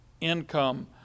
income